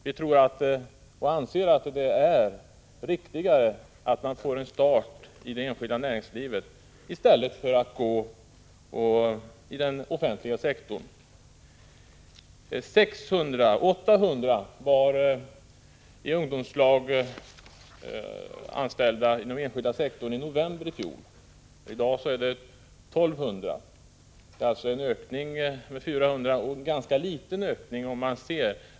Vi anser att det är riktigare att få en start i det enskilda näringslivet i stället för i den offentliga sektorn. 800 ungdomar var anställda i ungdomslag inom den enskilda sektorn i november i fjol. I dag är det 1 200. Det har alltså skett en ökning med 400, men antalet är ändå ganska litet.